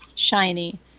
Shiny